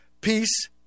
peace